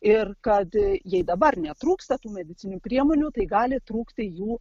ir kad jei dabar netrūksta tų medicininių priemonių tai gali trūkti jų